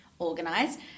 organised